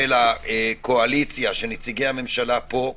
של הקואליציה, של נציגי הממשלה פה.